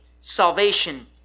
salvation